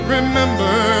Remember